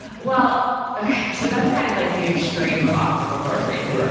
well so, that's kind of like the extreme of obstacle course racing. right.